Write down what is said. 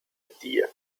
idea